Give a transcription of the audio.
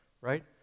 right